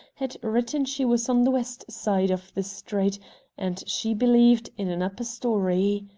had written she was on the west side of the street and, she believed, in an upper story.